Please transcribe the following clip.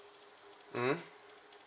mm